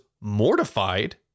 mortified